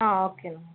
okay అండి